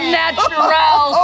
natural